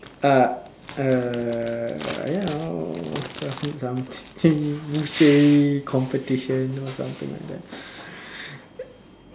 uh err ya something something competition or something like that